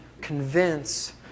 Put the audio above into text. convince